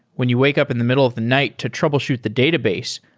when you wake up in the middle of the night to troubleshoot the database,